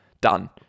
done